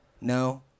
No